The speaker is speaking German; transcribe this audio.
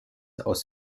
aus